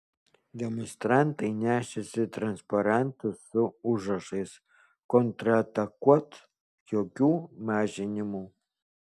demonstrantai nešėsi transparantus su užrašais kontratakuot jokių mažinimų